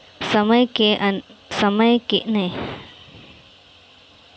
समय से इ.एम.आई ना भरला पअ बियाज देवे के पड़ेला